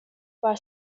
bara